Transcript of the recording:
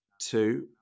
two